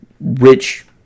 rich